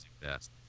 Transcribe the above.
best